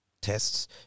tests